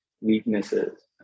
weaknesses